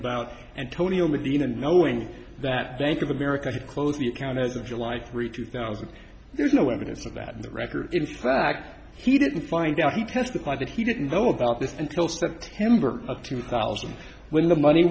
about antonio medina knowing that bank of america had closed the account as of july through two thousand there's no evidence of that in the record in fact he didn't find out he testified that he didn't know about this until september of two thousand when the money